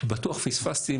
בטוח פספסתי,